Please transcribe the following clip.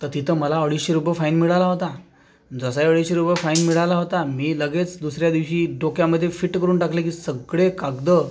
तर तिथं मला अडीचशे रुपये फाईन मिळाला होता जसा अडीचशे रुपये फाईन मिळाला होता मी लगेच दुसऱ्या दिवशी डोक्यामध्ये फिट करून टाकलं की सगळे कागद